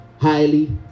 highly